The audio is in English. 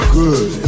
good